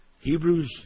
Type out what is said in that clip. Hebrews